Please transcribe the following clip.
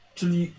Czyli